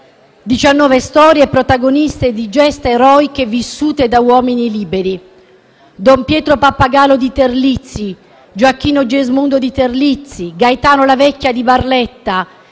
storie, protagoniste di gesta eroiche vissute da uomini liberi: don Pietro Pappagallo di Terlizzi, Gioacchino Gesmundo di Terlizzi, Gaetano La Vecchia di Barletta,